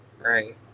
Right